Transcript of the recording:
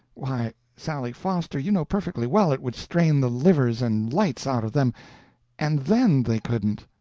why, sally foster, you know perfectly well it would strain the livers and lights out of them and then they couldn't!